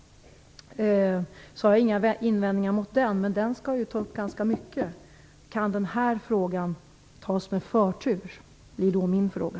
Den skall ta upp ganska mycket. Kan den här frågan tas med förtur? Detta är min fråga.